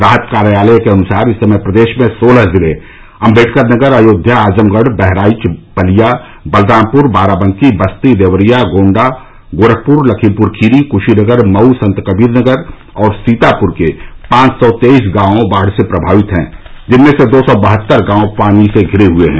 राहत कार्यालय के अनुसार इस समय प्रदेश में सोलह जिले अम्बेडकरनगर अयोध्या आजमगढ़ बहराइच बलिया बलरामपुर बाराबंकी बस्ती देवरिया गोण्डा गोरखपुर लखीमपुर खीरी कुशीनगर मऊ संतकबीरनगर और सीतापुर के पांच सौ तेईस गांव बाढ़ से प्रमावित हैं जिनमें से दो सौ बहत्तर गांव पानी से घिरे हुए हैं